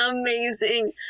amazing